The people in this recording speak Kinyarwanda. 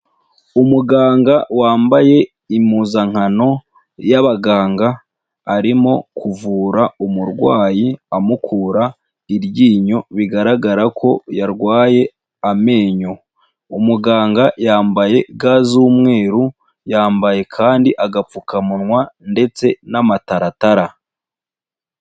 Umuganga wambaye impuzankano y'abaganga, arimo kuvura umurwayi amukura iryinyo, bigaragara ko yarwaye amenyo. Umuganga yambaye ga z'umweru, yambaye kandi agapfukamunwa ndetse n'amataratara.